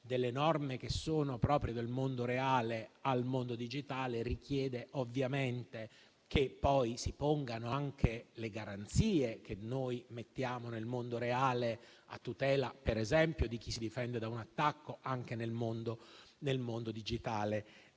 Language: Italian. delle norme che sono proprie del mondo reale al mondo digitale richiede che poi si pongano anche le garanzie che noi mettiamo nel mondo reale a tutela, per esempio, di chi si difende da un attacco anche nel mondo digitale.